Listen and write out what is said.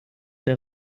mein